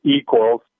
equals